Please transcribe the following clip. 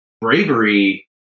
Bravery